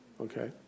okay